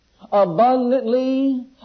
abundantly